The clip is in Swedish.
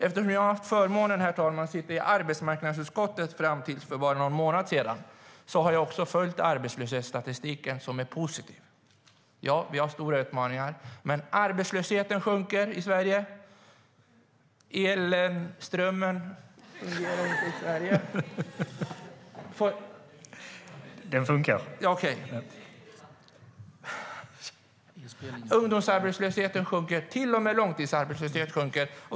Eftersom jag har haft förmånen, herr talman, att sitta i arbetsmarknadsutskottet fram till för bara någon månad sedan har jag också följt arbetslöshetsstatistiken, som är positiv. Ja, vi har stora utmaningar, men arbetslösheten sjunker i Sverige. Strömmen fungerar dock inte! Nu kom den tillbaka. Ungdomsarbetslösheten sjunker. Till och med långtidsarbetslösheten sjunker.